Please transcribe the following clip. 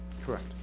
Correct